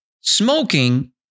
smoking